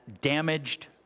damaged